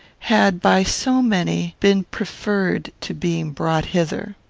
had, by so many, been preferred to being brought hither.